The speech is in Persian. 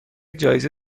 جایزه